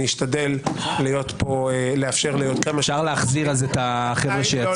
אני אשתדל --- אז אפשר את החבר'ה שיצאו?